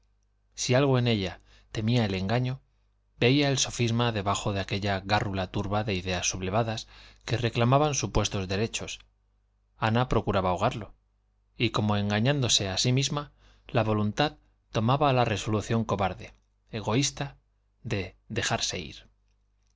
si algo en ella temía el engaño veía el sofisma debajo de aquella gárrula turba de ideas sublevadas que reclamaban supuestos derechos ana procuraba ahogarlo y como engañándose a sí misma la voluntad tomaba la resolución cobarde egoísta de dejarse ir